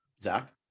Zach